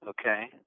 okay